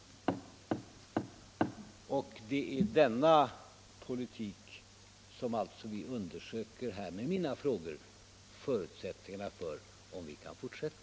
Och vi undersöker - med mina frågor — om det finns förutsättningar att fortsätta denna politik.